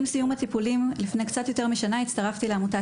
עם סיום הטיפולים לפני קצת יותר משנה הצטרפתי לעמותת